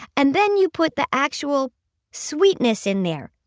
and then you put the actual sweetness in there,